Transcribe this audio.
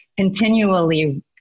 Continually